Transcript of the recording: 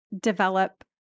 develop